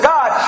God